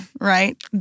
right